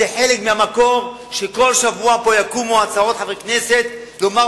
זה חלק מהמקור לזה שכל שבוע פה יקומו חברי כנסת עם הצעות,